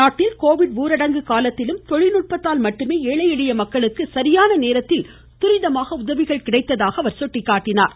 நாட்டில் கோவிட் ஊரடங்கு காலத்தில் தொழில்நுட்பத்தால் மட்டுமே ஏழை எளிய மக்களுக்கு சரியான நேரத்தில் துரித உதவிகள் கிடைத்ததாக குறிப்பிட்டார்